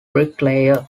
bricklayer